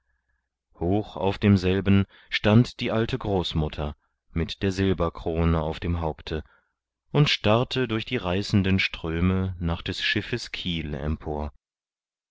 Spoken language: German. hoch auf demselben stand die alte großmutter mit der silberkrone auf dem haupte und starrte durch die reißenden ströme nach des schiffes kiel empor